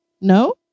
No